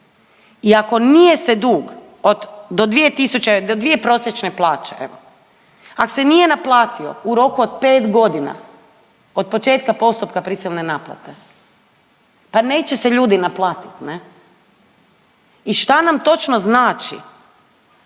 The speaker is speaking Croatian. i ako nije se dug od do 2000, do 2 prosječne plaće, evo, ako se nije naplatio u roku od 5 godina od početka postupka prisilne naplate, pa neće se ljudi, naplatiti, ne? I šta nam točno znači